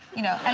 you know and